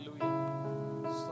Hallelujah